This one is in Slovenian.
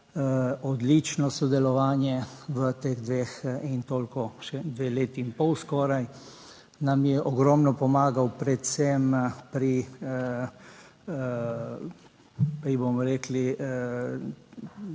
odlično sodelovanje v teh dveh. In toliko še dve leti in pol skoraj nam je ogromno pomagal, predvsem pri bomo rekli,